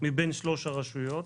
מבין שלוש הרשויות,